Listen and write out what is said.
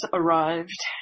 arrived